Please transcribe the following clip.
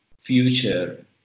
future